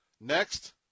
Next